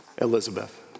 Elizabeth